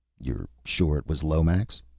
you're sure it was lomax?